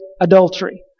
adultery